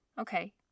Okay